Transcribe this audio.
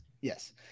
yes